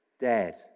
dead